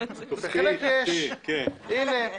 הנה.